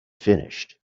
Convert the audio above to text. finished